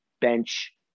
bench